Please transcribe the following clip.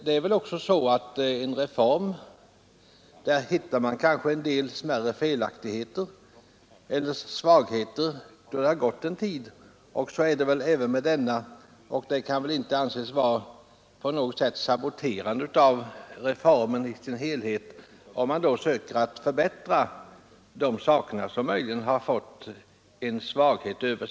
Det är ju på det sättet att man efter en tid hittar smärre felaktigheter eller svagheter hos en reform, och så har skett också i detta fall. Men det kan väl inte sägas vara ett saboterande av reformen i dess helhet om man då försöker förbättra de detaljer som möjligen kom att framstå som svaga.